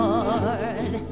Lord